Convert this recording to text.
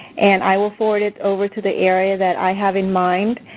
and i will forward it over to the area that i have in mind.